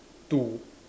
two